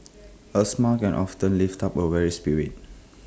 A smile can often lift up A weary spirit